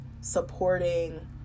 supporting